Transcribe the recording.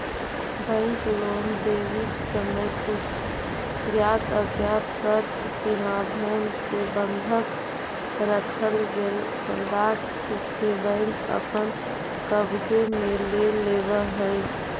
bank loan देवित समय कुछ ज्ञात अज्ञात शर्त के माध्यम से बंधक रखल गेल पदार्थ के बैंक अपन कब्जे में ले लेवऽ हइ